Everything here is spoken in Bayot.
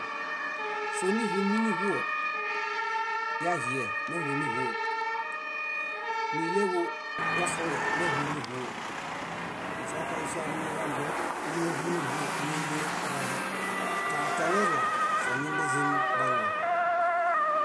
. Sónihuminiĥuo: yahie náhuniĥuo, níɭeġu yaxule náhuniĥuo, soaṗaifiamiġaɭo íñahuniĥuo nímbuleb orahe. Tãtoleriã, sonimbuzim banoo.